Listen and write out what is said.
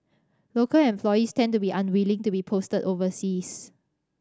local employees tend to be unwilling to be posted overseas